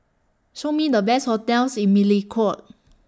Show Me The Best hotels in Melekeok